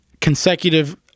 consecutive